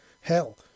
Hell